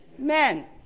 Men